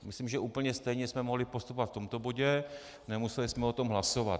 Myslím, že úplně stejně jsme mohli postupovat v tomto bodě, nemuseli jsme o tom hlasovat.